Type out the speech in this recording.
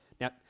now